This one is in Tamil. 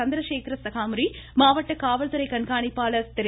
சந்திரசேகர சஹாமூரி மாவட்ட காவல்துறை கண்காணிப்பாளர் திரு